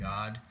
God